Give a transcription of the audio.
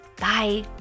Bye